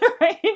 right